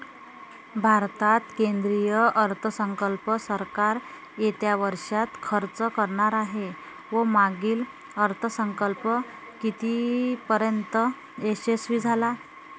भारतात केंद्रीय अर्थसंकल्प सरकार येत्या वर्षात खर्च करणार आहे व मागील अर्थसंकल्प कितीपर्तयंत यशस्वी झाला